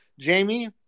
Jamie